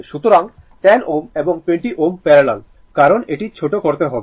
সুতরাং 10 Ω এবং 20 Ω প্যারালাল কারণ এটি ছোট করতে হবে